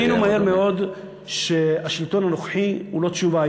הבינו מהר מאוד שהשלטון הנוכחי הוא לא תשובה.